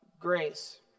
Grace